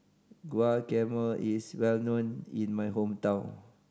guacamole is well known in my hometown